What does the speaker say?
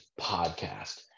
podcast